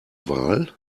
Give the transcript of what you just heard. wahl